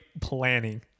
planning